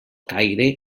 caire